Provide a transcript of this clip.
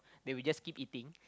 they will just keep eating